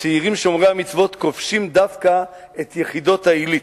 הצעירים שומרי המצוות כובשים דווקא את יחידות העילית".